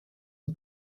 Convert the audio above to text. the